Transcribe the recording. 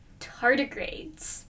tardigrades